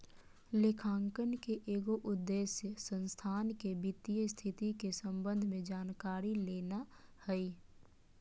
लेखांकन के एगो उद्देश्य संस्था के वित्तीय स्थिति के संबंध में जानकारी लेना हइ